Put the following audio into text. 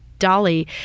Dolly